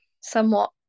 somewhat